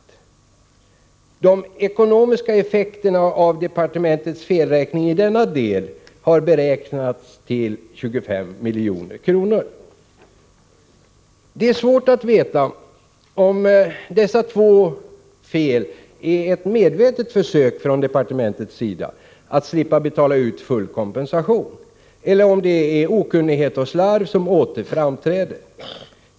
De ekonomiska effekterna av departementets felräkning i denna del har uppskattats till 25 milj.kr. Det är svårt att veta om dessa två fel är ett medvetet försök från departementets sida att slippa betala ut full kompensation, eller om det är okunnighet och slarv som åter framträder.